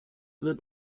wird